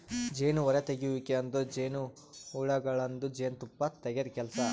ಜೇನು ಹೊರತೆಗೆಯುವಿಕೆ ಅಂದುರ್ ಜೇನುಹುಳಗೊಳ್ದಾಂದು ಜೇನು ತುಪ್ಪ ತೆಗೆದ್ ಕೆಲಸ